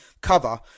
cover